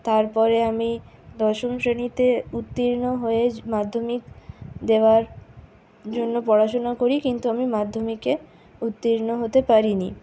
তারপরে আমি দশম শ্রেণীতে উত্তীর্ণ হয়ে মাধ্যমিক দেওয়ার জন্য পড়াশোনা করি কিন্তু আমি মাধ্যমিকে উত্তীর্ণ হতে পারিনি